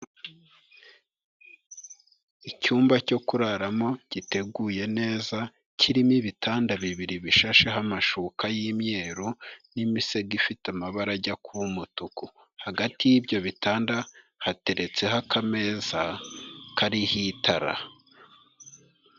Icyumba cyo kuraramo giteguye neza, kirimo ibitanda bibiri bishasheho amashuka y'imyeru n'imisego ifite amabara ajya kuba umutuku. Hagati y'ibyo bitanda hateretseho akameza kariho itara.